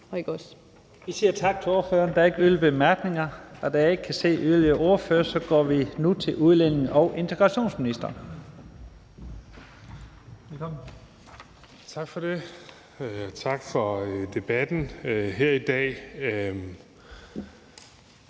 Vi siger tak til ordføreren. Der er ikke yderligere korte bemærkninger, og da jeg ikke kan se yderligere ordførere, går vi nu til udlændinge- og integrationsministeren. Velkommen. Kl. 13:24 Udlændinge- og